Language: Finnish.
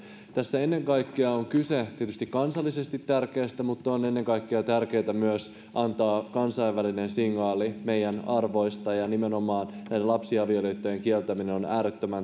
tässä on kyse tietysti ennen kaikkea kansallisesti tärkeästä asiasta mutta on on ennen kaikkea tärkeätä myös antaa kansainvälinen signaali meidän arvoista ja nimenomaan näiden lapsiavioliittojen kieltäminen on äärettömän